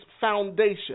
foundation